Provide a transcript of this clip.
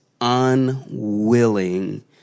unwilling